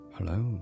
Hello